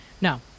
No